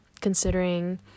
Considering